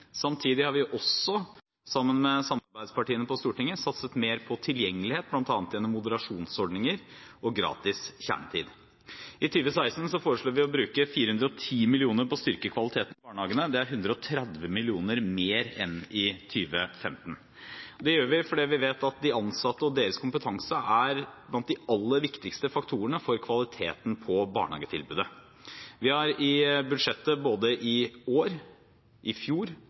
Samtidig har vi også, sammen med samarbeidspartiene på Stortinget, satset mer på tilgjengelighet, bl.a. gjennom moderasjonsordninger og gratis kjernetid. I 2016 foreslår vi å bruke 410 mill. kr på å styrke kvaliteten i barnehagene. Det er 130 mill. kr mer enn i 2015. Det gjør vi fordi vi vet at de ansatte og deres kompetanse er blant de aller viktigste faktorene for kvaliteten på barnehagetilbudet. Vi har i budsjettet både i år, i fjor